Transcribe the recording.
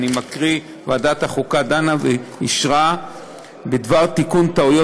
אני מקריא: ועדת החוקה דנה ואישרה תיקון טעויות